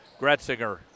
Gretzinger